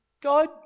God